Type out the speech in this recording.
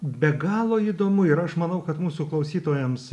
be galo įdomu ir aš manau kad mūsų klausytojams